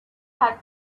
had